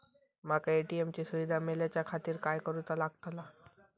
माका ए.टी.एम ची सुविधा मेलाच्याखातिर काय करूचा लागतला?